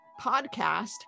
podcast